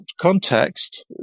context